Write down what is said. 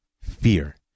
fear